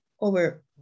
over